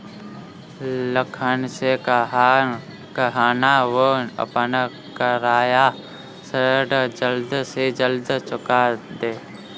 लखन से कहना, वो अपना बकाया ऋण जल्द से जल्द चुका दे